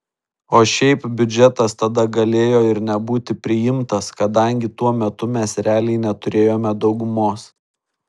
o šiaip biudžetas tada galėjo ir nebūti priimtas kadangi tuo metu mes realiai neturėjome daugumos